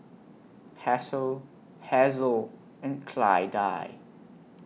Hasel Hazle and Clydie